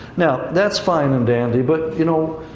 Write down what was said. now, that's fine and dandy, but, you know,